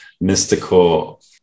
mystical